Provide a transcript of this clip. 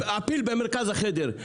הפיל במרכז החדר.